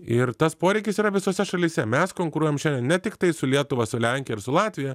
ir tas poreikis yra visose šalyse mes konkuruojam šiandien ne tiktai su lietuva su lenkija ar su latvija